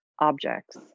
objects